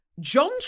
John